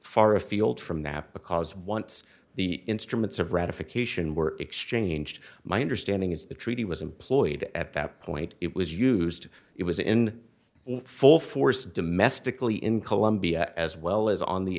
far afield from that because once the instruments of ratification were exchanged my understanding is the treaty was employed at that point it was used it was in full force domestically in colombia as well as on the